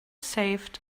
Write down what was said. saved